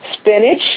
Spinach